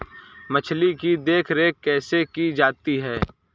मछली की देखरेख कैसे की जाती है?